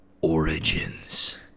Origins